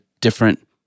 different